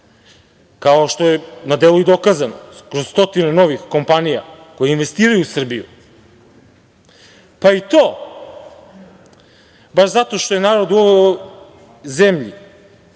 kao što je na delu i dokazano, kroz stotinu novih kompanija koji investiraju u Srbiju. Pa i to baš zato što je narod u ovoj zemlji